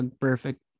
perfect